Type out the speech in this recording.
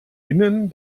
innen